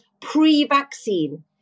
pre-vaccine